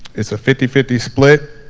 it's a fifty fifty split,